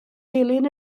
dilyn